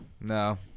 No